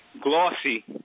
glossy